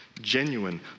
genuine